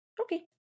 Okay